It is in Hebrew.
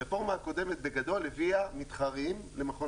הרפורמה הקודמת בגדול הביאה מתחרים למכון